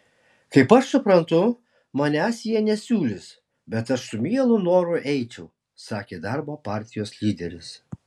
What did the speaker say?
kaip aš suprantu manęs jie nesiūlys bet aš su mielu noru eičiau sakė darbo partijos lyderis